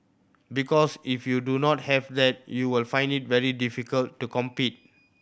because if you do not have that you will find it very difficult to compete